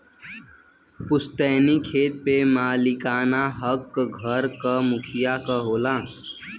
पुस्तैनी खेत पे मालिकाना हक घर क मुखिया क होला